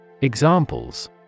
Examples